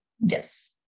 Yes